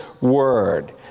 word